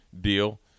deal